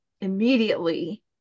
immediately